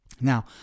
Now